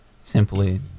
simply